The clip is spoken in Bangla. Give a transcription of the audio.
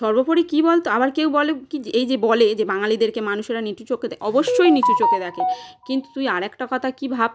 সর্বোপরি কী বলতো আবার কেউ বলে কি যে এই যে বলে যে বাঙালিদেরকে মানুষেরা নিচু চোখে দে অবশ্যই নিচু চোখে দেখে কিন্তু তুই আরেকটা কথা কি ভাব